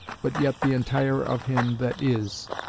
but yet the entire of him that is